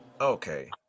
Okay